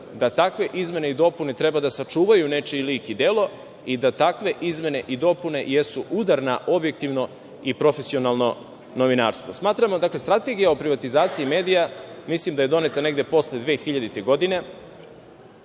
da takve izmene i dopune treba da sačuvaju nečiji lik i delo i da takve izmene i dopune i jesu udar na objektivno i profesionalno novinarstvo. Strategija o privatizaciji medija, mislim, je doneta negde posle 2000. godine